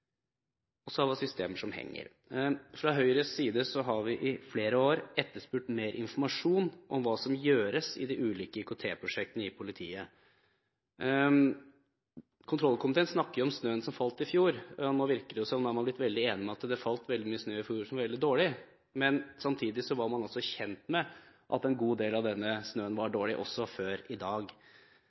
og taper verdifull arbeidstid. Så har man systemer som henger. Fra Høyres side har vi i flere år etterspurt mer informasjon om hva som gjøres i de ulike IKT-prosjektene i politiet. Kontrollkomiteen snakker om snøen som falt i fjor. Nå virker det som om man er blitt veldig enig om at det falt veldig mye snø i fjor som var veldig dårlig, men samtidig var man også kjent med at en god del av denne snøen var dårlig, også før i dag.